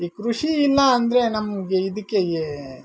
ಈ ಕೃಷಿ ಇಲ್ಲ ಅಂದರೆ ನಮಗೆ ಇದಕ್ಕೆ ಯೇ